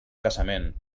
casament